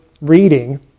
reading